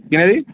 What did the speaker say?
किन्ने दी